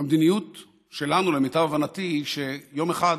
והמדיניות שלנו, למיטב הבנתי, היא שיום אחד